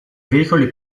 veicoli